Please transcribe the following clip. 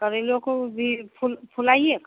करेला को भी फूल फुलाइए